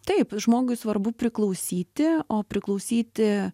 taip žmogui svarbu priklausyti o priklausyti